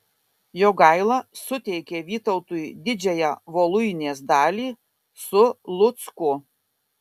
jogaila suteikė vytautui didžiąją voluinės dalį su lucku